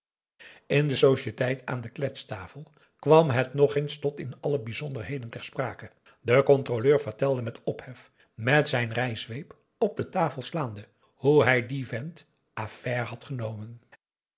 in de societeit aan de kletstafel kwam het nog eens tot in alle bijzonderheden ter sprake de controleur vertelde met ophef met zijn rijzweep op de tafel slaande hoe hij dien vent à faire had genomen